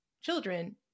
children